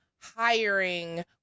hiring